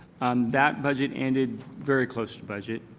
that budget ended very close to budget.